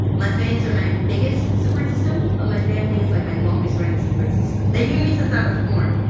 my fans are my biggest support system. but my family is like my longest running support system. they knew me since i was born.